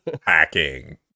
hacking